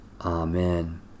Amen